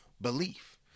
belief